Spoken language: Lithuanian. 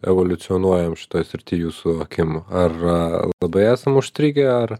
evoliucionuojam šitoj srity jūsų akim ar labai esam užstrigę ar